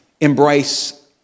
embrace